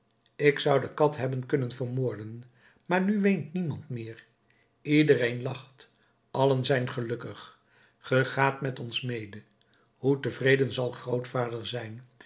ik zou de kat hebben kunnen vermoorden maar nu weent niemand meer iedereen lacht allen zijn gelukkig ge gaat met ons mede hoe tevreden zal grootvader zijn